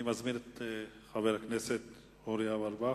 אני מזמין את חבר הכנסת אורי אורבך.